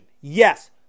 Yes